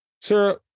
Sarah